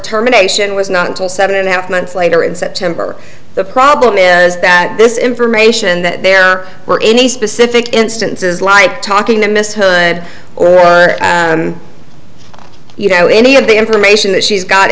terminations was not until seven and a half months later in september the problem is that this information that there were any specific instances like talking that miss her you know any of the information that she's got